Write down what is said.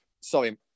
sorry